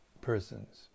persons